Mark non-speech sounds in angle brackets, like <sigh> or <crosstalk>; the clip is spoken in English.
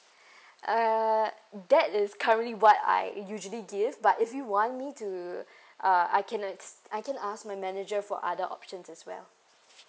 <breath> uh that is currently what I usually give but if you want me to <breath> uh I can I can ask my manager for other options as well